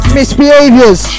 Misbehaviors